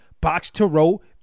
box-to-row